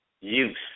use